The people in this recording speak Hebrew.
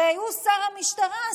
הרי הוא שר המשטרה.